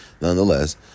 Nonetheless